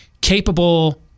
capable